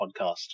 podcast